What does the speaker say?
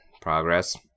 progress